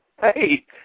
Hey